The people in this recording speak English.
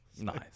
Nice